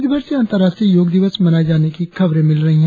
राज्यभर से अंतर्राष्ट्रीय योग दिवस मनाये जाने की खबरे मिल रही है